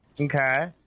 Okay